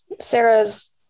Sarah's